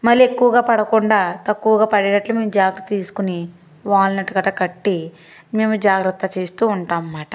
మళ్ళీ ఎక్కువగా పడకుండా తక్కువగా పడేటట్లు మేము జాగ్రత్త తీసుకొని గట్ట కట్టి మేము జాగ్రత్త చేస్తూ ఉంటామనమాట